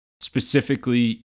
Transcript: specifically